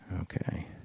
Okay